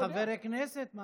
אתה חבר כנסת.